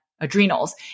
adrenals